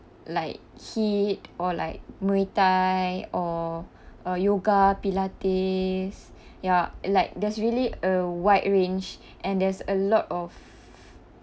like HIIT or like muay thai or uh yoga pilates ya like there's really a wide range and there's a lot of